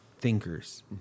thinkers